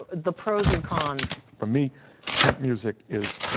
the pros and cons? for me temp music is